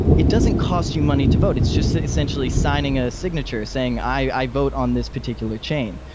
it doesn't cost you money to vote. it's just essentially signing a signature saying, i vote on this particular chain.